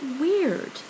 weird